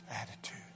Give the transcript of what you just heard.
attitude